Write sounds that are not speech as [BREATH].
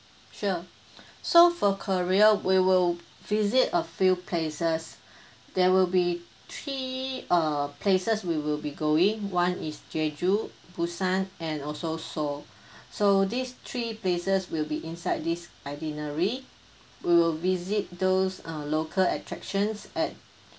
sure [BREATH] so for korea we will visit a few places [BREATH] there will be three uh places we will be going one is jeju busan and also seoul [BREATH] so these three places will be inside this itinerary we will visit those uh local attractions at